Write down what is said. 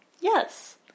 Yes